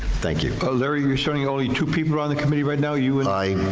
thank you. larry, you're saying only two people are on the committee right now, you and. i'll